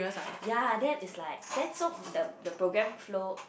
yea then is like then so the the programme flow